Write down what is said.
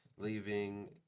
leaving